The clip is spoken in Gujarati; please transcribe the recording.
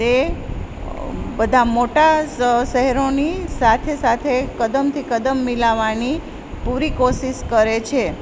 તે બધા મોટા શહેરોની સાથે સાથે કદમથી કદમ મિલાવાની પૂરી કોશિશ કરે છે